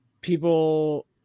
people